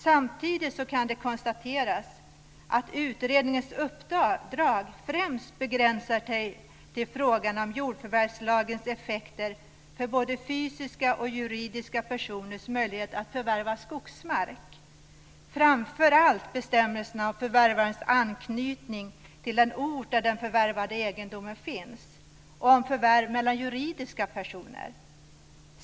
Samtidigt kan det konstateras att utredningens uppdrag främst begränsar sig till frågan om jordförvärvslagens effekter för fysiska och juridiska personers möjligheter att förvärva skogsmark, framför allt bestämmelserna om förvärvarens anknytning till den ort där den förvärvade egendomen finns och om förvärv mellan juridiska personer.